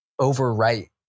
overwrite